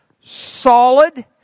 solid